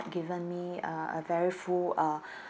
given me uh a very full uh